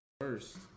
first